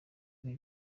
ibi